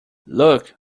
look